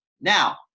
Now